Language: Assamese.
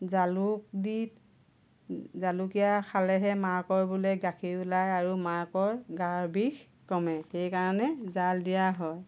জালুক দি জালুকীয়া খালেহে মাকৰ বোলে গাখীৰ ওলাই আৰু মাকৰ গাৰ বিষ কমে সেই কাৰণে জাল দিয়া হয়